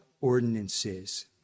ordinances